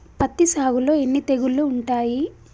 పత్తి సాగులో ఎన్ని తెగుళ్లు ఉంటాయి?